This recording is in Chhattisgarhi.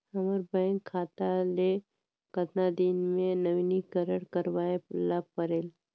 हमर बैंक खाता ले कतना दिन मे नवीनीकरण करवाय ला परेल?